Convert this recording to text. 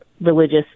religious